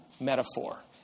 metaphor